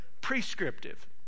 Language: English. prescriptive